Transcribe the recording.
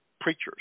preachers